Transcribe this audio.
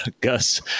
Gus